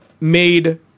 made